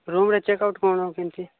ରୁମ୍ର check out କ'ଣ କେମିତି